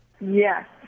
Yes